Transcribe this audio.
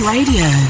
Radio